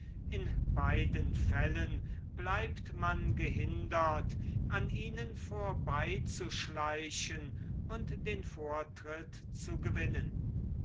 in beiden fällen bleibt man gehindert an ihnen vorbeizuschleichen und den vortritt zu gewinnen